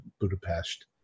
Budapest